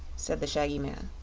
said the shaggy man.